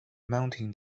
mounting